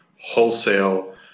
wholesale